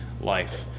life